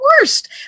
worst